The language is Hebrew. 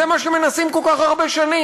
זה מה שמנסים כל כך הרבה שנים,